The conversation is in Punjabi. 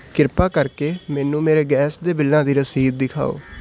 ਕਿਰਪਾ ਕਰਕੇ ਮੈਨੂੰ ਮੇਰੇ ਗੈਸ ਦੇ ਬਿੱਲਾਂ ਦੀ ਰਸੀਦ ਦਿਖਾਓ